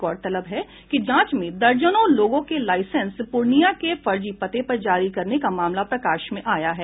गौरतलब है कि जांच में दर्जनों लोगों के लाईसेंस पूर्णिया के फर्जी पते पर जारी करने का मामला प्रकाश में आया है